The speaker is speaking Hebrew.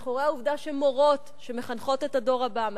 מאחורי העובדה שמורות שמחנכות את הדור הבא,